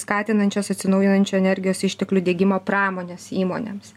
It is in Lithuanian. skatinančios atsinaujinančių energijos išteklių diegimo pramonės įmonėms